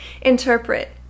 interpret